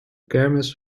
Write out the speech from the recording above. kermis